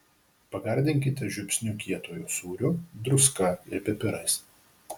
pagardinkite žiupsniu kietojo sūrio druska ir pipirais